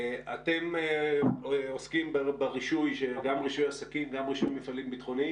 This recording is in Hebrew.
הדיון הראשון היום יעסוק בסקרי סיכונים שמקורם באירועי חומרים מסוכנים.